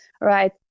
right